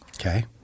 Okay